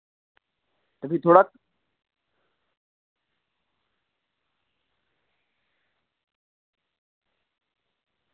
ते फ्ही थुआढ़ा